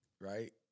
Right